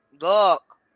look